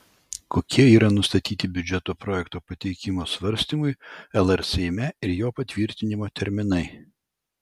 kokie yra nustatyti biudžeto projekto pateikimo svarstymui lr seime ir jo patvirtinimo terminai